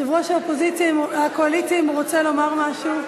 יושב-ראש הקואליציה, אם הוא רוצה לומר משהו,